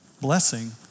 Blessing